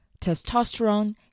testosterone